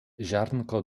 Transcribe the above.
ziarnko